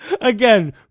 Again